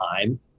time